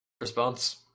response